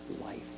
life